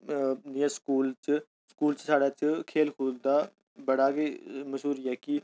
school च साढ़े इत्थै खेल कूद दा बड़ी गै मश्हूरी है कि